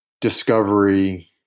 discovery